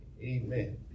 amen